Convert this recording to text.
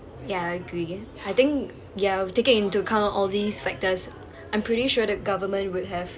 ya I agree I think ya we take it into account all these factors i'm pretty sure that government would have